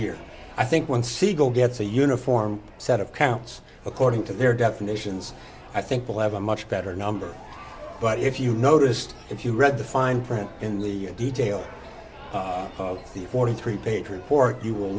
year i think when segal gets a uniform set of counts according to their definitions i think we'll have a much better number but if you noticed if you read the fine print in the detail of the forty three page report you will